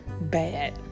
bad